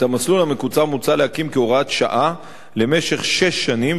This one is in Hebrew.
את המסלול המקוצר מוצע להקים כהוראת שעה למשך שש שנים,